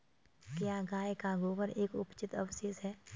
क्या गाय का गोबर एक अपचित अवशेष है?